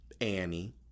Annie